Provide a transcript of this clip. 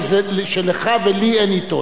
שלך ולי אין עיתון.